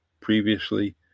previously